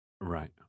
Right